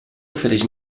ofereix